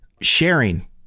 sharing